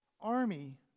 army